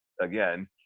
Again